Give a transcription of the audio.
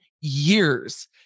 years